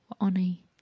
honey